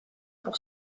pour